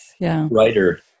writer